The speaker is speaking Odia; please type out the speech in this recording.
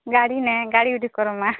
ଗାଡ଼ି ନେ ଗାଡ଼ି ଗୋଟେ କରିବା